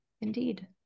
indeed